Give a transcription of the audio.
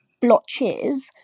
blotches